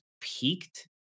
peaked